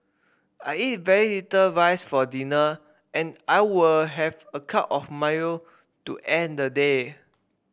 I eat very little rice for dinner and I will have a cup of Milo to end the day